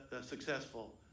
successful